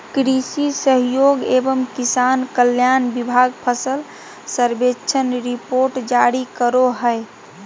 कृषि सहयोग एवं किसान कल्याण विभाग फसल सर्वेक्षण रिपोर्ट जारी करो हय